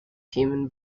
human